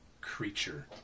creature